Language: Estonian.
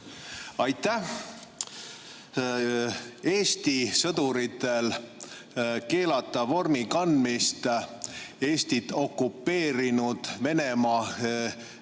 Aitäh! Eesti sõduritel keelata vormi kanda Eestit okupeerinud Venemaa